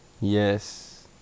Yes